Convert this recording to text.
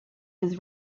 his